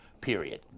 period